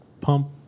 pump